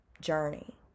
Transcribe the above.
journey